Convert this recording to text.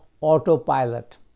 autopilot